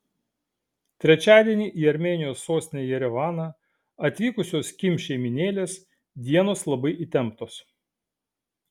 trečiadienį į armėnijos sostinę jerevaną atvykusios kim šeimynėlės dienos labai įtemptos